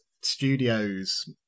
studios